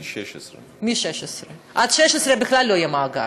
מגיל 16. עד גיל 16 בכלל לא יהיה מאגר,